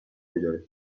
اجاره